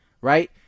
right